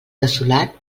desolat